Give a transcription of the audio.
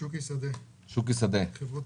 שוקי, שדה, חברות